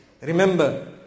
Remember